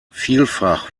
vielfach